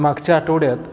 मागच्या आठवड्यात